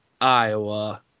Iowa